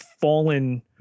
fallen